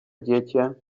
dziecię